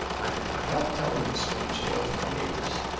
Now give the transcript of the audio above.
i could not help telling this strange tale to my neighbors,